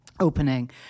opening